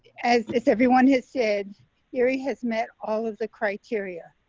as as everyone has said here, he has met all of the criteria,